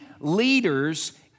leaders